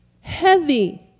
heavy